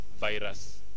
virus